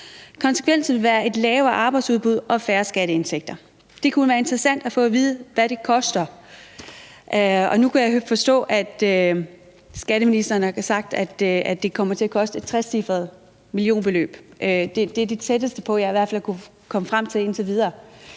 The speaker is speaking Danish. Konsekvensen vil være et lavere arbejdsudbud og færre skatteindtægter. Det kunne være interessant at få at vide, hvad det koster. Nu kan jeg forstå, at skatteministeren har sagt, at det kommer til at koste et trecifret millionbeløb – det er det tætteste, jeg indtil videre har kunnet komme på det. Det er